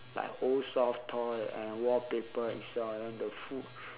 like old soft toy and wallpaper itself and then the food